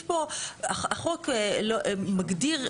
יש פה, החוק מגדיר.